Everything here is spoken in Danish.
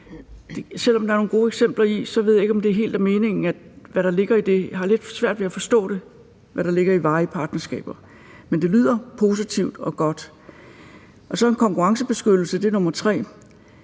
Selv om der er nogle gode eksempler, ved jeg ikke, hvad der helt er meningen med det, der ligger i det; jeg har lidt svært ved at forstå det, altså hvad der ligger i det med varige partnerskaber. Men det lyder positivt og godt. Og så er der det med konkurrencebeskyttelse som det tredje.